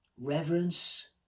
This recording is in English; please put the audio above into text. reverence